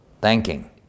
thanking